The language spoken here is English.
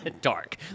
Dark